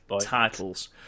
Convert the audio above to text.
Titles